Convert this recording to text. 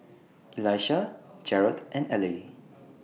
Elisha Jerad and Ellie